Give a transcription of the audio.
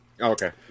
okay